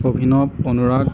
Abhinav Anurag